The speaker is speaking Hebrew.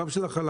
גם של החלב,